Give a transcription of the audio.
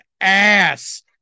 ass